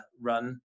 run